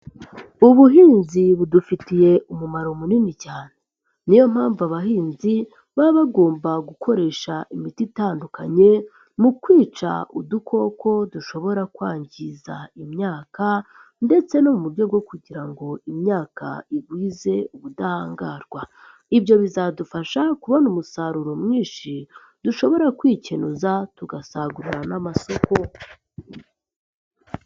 Ubuhinzi budufitiye umumaro munini cyane, ni yo mpamvu abahinzi baba bagomba gukoresha imiti itandukanye, mu kwica udukoko dushobora kwangiza imyaka ndetse no mu buryo bwo kugira ngo imyaka igwize ubudahangarwa, ibyo bizadufasha kubona umusaruro mwinshi, dushobora kwikenuza, tugasagurira n'amasoko.